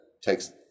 takes